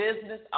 business